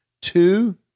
two